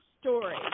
story